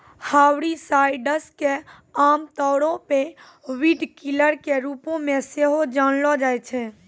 herbicides के आमतौरो पे वीडकिलर के रुपो मे सेहो जानलो जाय छै